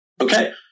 Okay